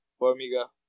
Formiga